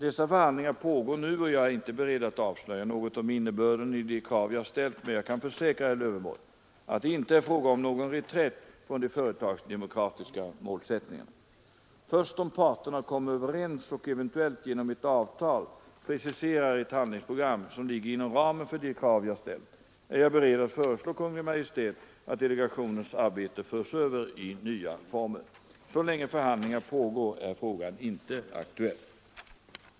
Dessa förhandlingar pågår nu, och jag är inte beredd att avslöja något om innebörden i de krav jag ställt, men jag kan försäkra herr Lövenborg att det inte är fråga om någon reträtt från de företagsdemokratiska målsättningarna. Först om parterna kommmer överens och eventuellt genom ett avtal preciserar ett handlingsprogram som ligger inom ramen för de krav jag ställt, är jag beredd att föreslå Kungl. Maj:t att delegationens arbete förs över i nya former. Så länge förhandlingar pågår är frågan inte aktuell.